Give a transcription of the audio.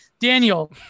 Daniel